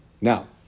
Now